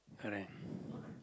correct